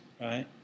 right